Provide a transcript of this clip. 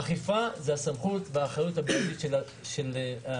האכיפה היא הסמכות והאחריות הבלעדית של המשטרה,